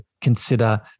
consider